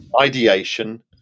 Ideation